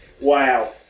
Wow